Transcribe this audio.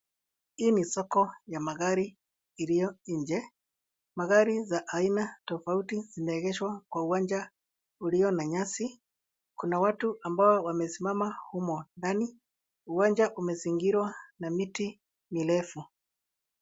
Hii ni soko ya magari iliyo nje. Magari za aina tofauti zimeegeshwa kwa uwanja ulio na nyasi. Kuna watu ambao wamesimama humo ndani. Uwanja umezingirwa na miti mirefu.